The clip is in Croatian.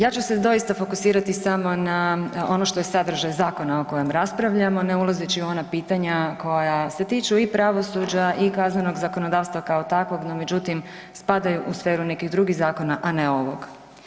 Ja ću se doista fokusirati samo na ono što je sadržaj zakona o kojem raspravljamo ne ulazeći u ona pitanja koja se tiču i pravosuđa i kaznenog zakonodavstva kao takvog, no međutim spadaju u sferu nekih drugih zakona, a ne ovog.